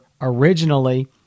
originally